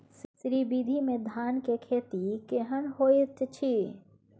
श्री विधी में धान के खेती केहन होयत अछि?